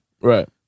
right